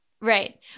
Right